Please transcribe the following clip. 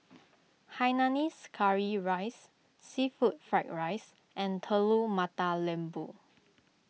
Hainanese Curry Rice Seafood Fried Rice and Telur Mata Lembu